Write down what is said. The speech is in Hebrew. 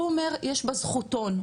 הוא אומר שיש בזכותון,